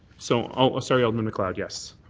so ah sorry, alderman macleod. yes.